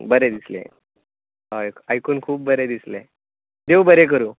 बरें दिसलें हय आयकून खूब बरें दिसलें देव बरें करूं